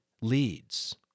leads